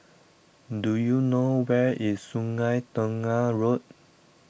do you know where is Sungei Tengah Road